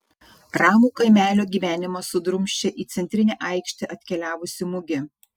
ramų kaimelio gyvenimą sudrumsčia į centrinę aikštę atkeliavusi mugė